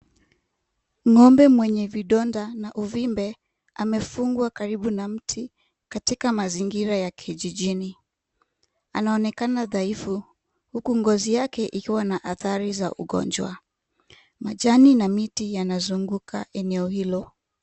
Ng'ombe mwenye vidonda na uvimbe amefungwa karibu na mti katika mazingira ya kijijini, anaonekana dhaifu huku ngozi yake ikiwa na athari za ugonjwa. Majani na miti yanazunguka eneo hilo.